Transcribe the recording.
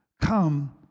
come